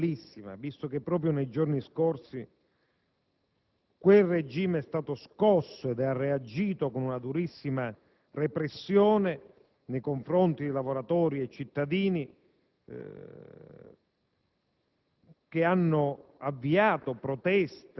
che svolgiamo oggi è però attualissima, visto che proprio nei giorni scorsi quel regime è stato scosso ed ha reagito con una durissima repressione nei confronti di lavoratori e cittadini